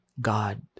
God